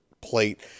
plate